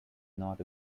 not